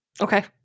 Okay